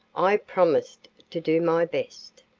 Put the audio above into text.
i promised to do my best.